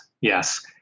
Yes